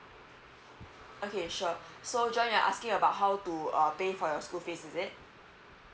okay sure so john you're asking about how to uh pay for your school fees is it